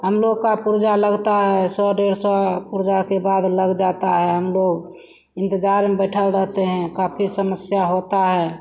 हमलोग का पुर्जा लगता है सौ डेढ़ सौ पुर्जा के बाद लग जाता है हमलोग इन्तज़ार में बैठे रहते हैं काफ़ी समस्या होती है